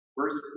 verse